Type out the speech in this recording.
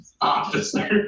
officer